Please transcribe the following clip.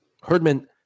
Herdman